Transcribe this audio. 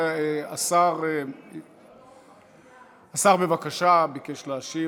השר, בבקשה, הוא ביקש להשיב.